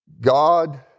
God